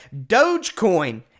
Dogecoin